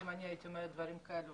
אם אני הייתי אומרת דברים כאלה